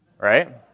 right